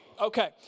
Okay